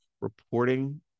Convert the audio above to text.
reporting